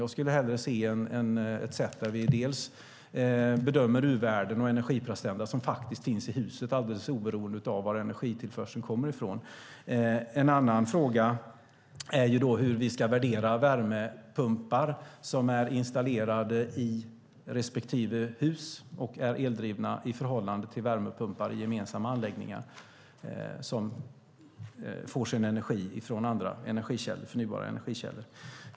Jag skulle hellre se ett sätt där vi bedömer de U-värden och energiprestanda som faktiskt finns i huset, alldeles oberoende av varifrån energitillförseln kommer. En annan fråga är hur vi ska värdera värmepumpar som är installerade i respektive hus och är eldrivna i förhållande till värmepumpar i gemensamma anläggningar som får sin energi från andra, förnybara energikällor.